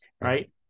right